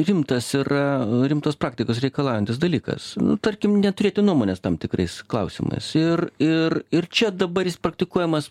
rimtas yra rimtos praktikos reikalaujantis dalykas tarkim neturėti nuomonės tam tikrais klausimais ir ir ir čia dabar praktikuojamas